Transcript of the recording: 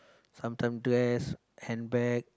sometime dress handbag